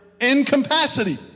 incapacity